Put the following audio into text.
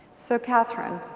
so catherine,